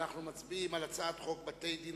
אנחנו מצביעים על הצעת חוק בתי-דין